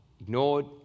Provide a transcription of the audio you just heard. ignored